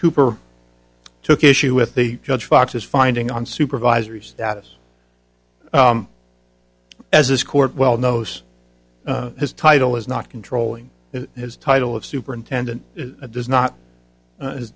cooper took issue with the judge fox's finding on supervisory status as this court well knows his title is not controlling his title of superintendent does not